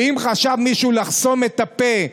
ואם חשב מישהו לחסום את הפה,